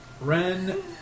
Ren